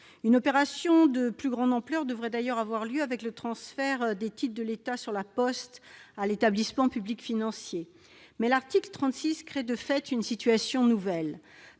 Une opération de plus grande ampleur devrait d'ailleurs avoir lieu avec le transfert des titres de l'État sur La Poste à l'établissement public financier. Mais l'article 36 crée, de fait, une situation nouvelle.